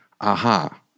aha